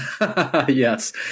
Yes